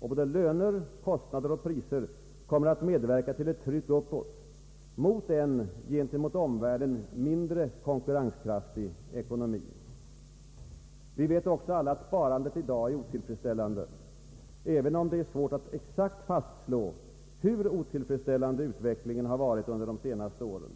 Både löner, kostnader och priser kommer att medverka till ett tryck uppåt mot en gentemot omvärlden mindre konkurrenskraftig ekonomi. Vi vet alla också att sparandet i dag är otillfredsställande, även om det är svårt att exakt fastslå hur otillfredsställande utvecklingen har varit under de senaste åren.